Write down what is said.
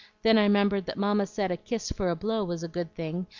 then i membered that mamma said a kiss for a blow was a good thing,